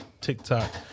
TikTok